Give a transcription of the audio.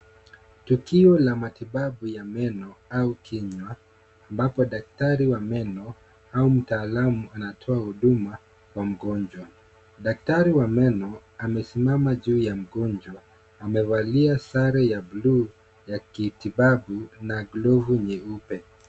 Tukio la matibabu ya meno au kinywa, ambapo daktari wa meno au mtaalamu, anatoa huduma kwa mgonjwa. Daktari wa meno amesimama juu ya mgonjwa. Amevalia sare ya buluu ya kitibabu na glovu nyeupe.